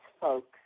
folks